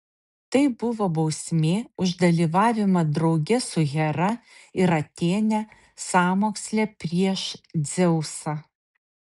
tai buvo bausmė už dalyvavimą drauge su hera ir atėne sąmoksle prieš dzeusą